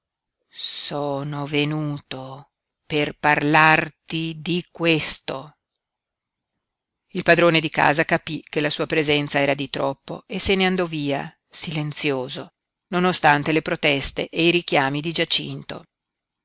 sono venuto per parlarti di questo il padrone di casa capí che la sua presenza era di troppo e se ne andò via silenzioso nonostante le proteste e i richiami di giacinto